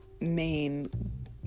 main